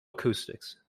acoustics